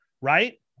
right